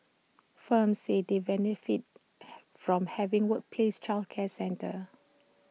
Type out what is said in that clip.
firms said they benefit from having workplace childcare centres